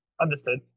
Understood